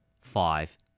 five